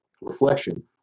reflection